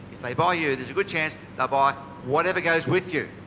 if they buy you, there's a good chance they'll buy whatever goes with you.